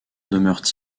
demeurait